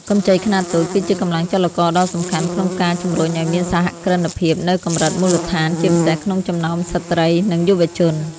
កម្ចីខ្នាតតូចគឺជាកម្លាំងចលករដ៏សំខាន់ក្នុងការជំរុញឱ្យមានសហគ្រិនភាពនៅកម្រិតមូលដ្ឋាន ជាពិសេសក្នុងចំណោមស្ត្រី និងយុវជន។